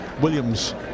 Williams